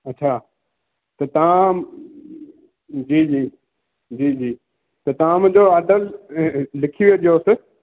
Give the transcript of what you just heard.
अछा त तव्हां जी जी जी जी त तव्हां मुंहिंजो एड्रैस लिखी वठिजोसि